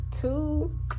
two